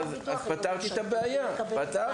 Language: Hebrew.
פתרתי את הבעיה, פתרתי.